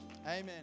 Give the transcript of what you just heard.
amen